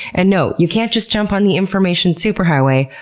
and no, you can't just jump on the information superhighway.